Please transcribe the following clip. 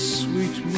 sweet